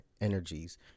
energies